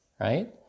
right